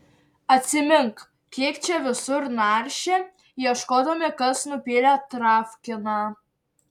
atsimink kiek čia visur naršė ieškodami kas nupylė travkiną